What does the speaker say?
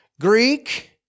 Greek